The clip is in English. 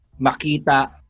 makita